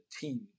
team